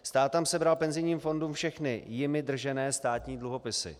Stát tam sebral penzijním fondům všechny jimi držené státní dluhopisy.